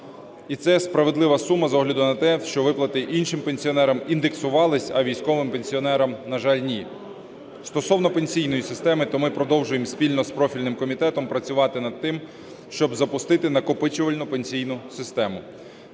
І це справедлива сума з огляду на те, що виплати іншим пенсіонерам індексувались, а військовим пенсіонерам, на жаль, ні. Стосовно пенсійної системи, то ми продовжуємо спільно з профільним комітетом працювати над тим, щоб запустити накопичувальну пенсійну систему